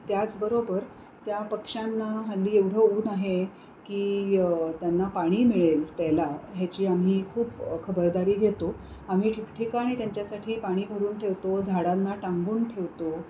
त्याचबरोबर त्या पक्ष्यांना हल्ली एवढं ऊन आहे की त्यांना पाणी मिळेल प्यायला ह्याची आम्ही खूप खबरदारी घेतो आम्ही ठिकठिकाणी त्यांच्यासाठी पाणी भरून ठेवतो झाडांना टांगून ठेवतो